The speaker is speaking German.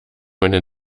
meine